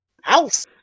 House